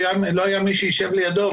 לא היה מי שיישב לידו.